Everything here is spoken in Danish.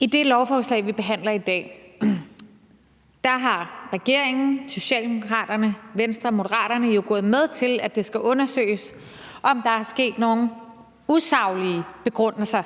I det lovforslag, vi behandler i dag, er regeringen, Socialdemokraterne, Venstre og Moderaterne, jo gået med til, at det skal undersøges, om der har været nogle usaglige begrundelser